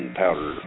powder